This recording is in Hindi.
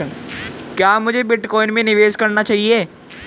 क्या मुझे बिटकॉइन में निवेश करना चाहिए?